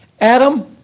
Adam